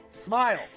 Smile